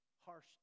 harsh